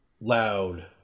loud